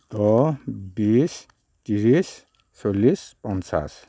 দহ বিশ ত্ৰিছ চল্লিছ পঞ্চাছ